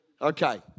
Okay